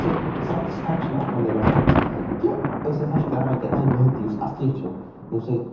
satisfaction آسان دِلَس مَنٛز کہِ أسۍ ہَسا چھِ کَران کیٚتھانۍ محنتھٕے یُس اصلٕے چھُ ییٚمہِ سۭتۍ